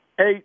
eight